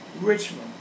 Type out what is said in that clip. Richmond